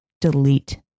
delete